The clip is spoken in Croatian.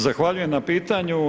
Zahvaljujem na pitanju.